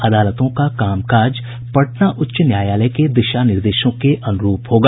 अदालतों का काम काज पटना उच्च न्यायालय के दिशा निर्देशों के अनुरूप होगा